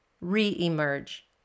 re-emerge